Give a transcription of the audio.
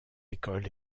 école